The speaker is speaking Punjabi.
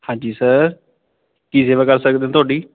ਹਾਂਜੀ ਸਰ ਕੀ ਸੇਵਾ ਕਰ ਸਕਦੇ ਤੁਹਾਡੀ